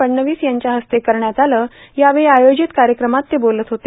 फडणवीस यांच्या हस्ते करण्यात आला यावेळी आयोजित कार्यक्रमात ते बोलत होते